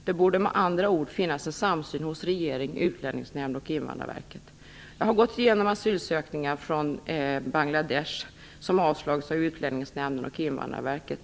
Det borde med andra ord finnas en samsyn hos regeringen, Jag har gått igenom asylansökningar från personer från Bangladesh som har avslagits av Utlänningsnämnden och Invandrarverket.